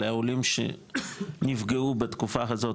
לעולים שנפגעו בתקופה הזאת,